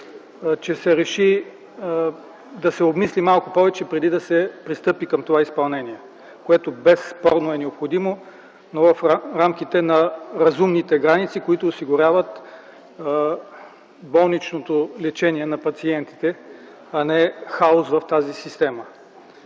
че се реши да се обмисли малко повече, преди да се пристъпи към това изпълнение, което безспорно е необходимо, но в рамките на разумните граници, които осигуряват болничното лечение на пациентите, а не хаос в тази система.